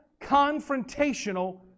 confrontational